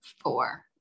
four